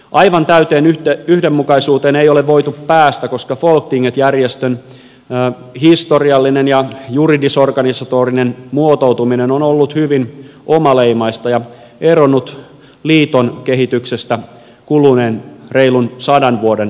aivan täyteen yhdenmukaisuuteen ei ole voitu päästä koska folktinget järjestön historiallinen ja juridis organisatorinen muotoutuminen on ollut hyvin omaleimaista ja eronnut liiton kehityksestä kuluneen reilun sadan vuoden aikana